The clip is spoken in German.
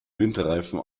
winterreifen